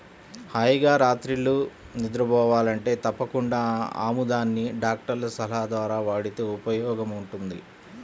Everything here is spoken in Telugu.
హాయిగా రాత్రిళ్ళు నిద్రబోవాలంటే తప్పకుండా ఆముదాన్ని డాక్టర్ల సలహా ద్వారా వాడితే ఉపయోగముంటది